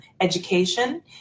education